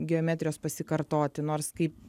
geometrijos pasikartoti nors kaip